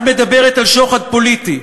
את מדברת על שוחד פוליטי.